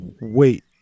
wait